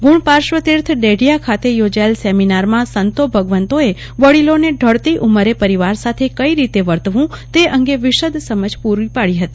ગુણપાર્શ્વતીર્થ દેઢિયા મુકામે યોજાયેલા સેમિનારમાં સંતો ભગવંતોઅે વડીલોને ઢળતી ઉંમરે પરિવાર સાથે કઇ રીતે વર્તવું તે અંગે વિશદ સમજ પૂરી પાડી હતી